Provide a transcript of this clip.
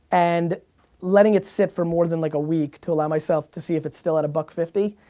and letting it sit for more than like a week, to allow myself to see if it's still at a buck fifty,